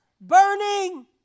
burning